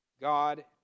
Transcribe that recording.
God